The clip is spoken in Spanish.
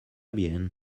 bien